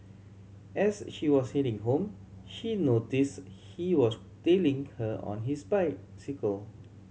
as she was heading home she noticed he was tailing her on his bicycle